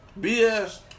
BS